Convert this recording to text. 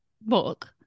book